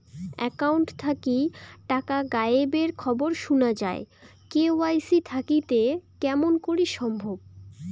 Account থাকি টাকা গায়েব এর খবর সুনা যায় কে.ওয়াই.সি থাকিতে কেমন করি সম্ভব?